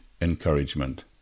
encouragement